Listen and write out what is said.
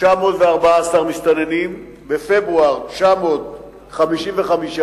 914 מסתננים, בפברואר, 955,